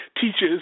teachers